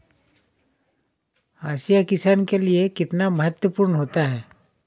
हाशिया किसान के लिए कितना महत्वपूर्ण होता है?